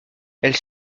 elles